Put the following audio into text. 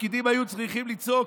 הפקידים היו צריכים לצעוק,